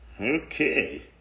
Okay